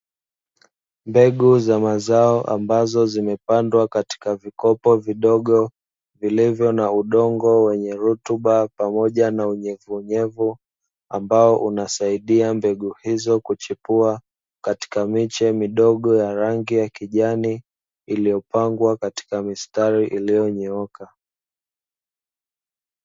Mbegu za mazao ambazo zimepandwa katika vikopo vidogo vilivyo na udongo wenye rutuba pamoja na unyevuunyevu ambao unasaidia mbegu hizo kuchipua katika miche midogo ya rangi ya kijani iliyopangwa katika mistari iliyonyooka.